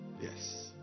yes